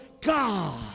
God